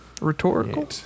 Rhetorical